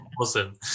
awesome